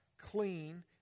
clean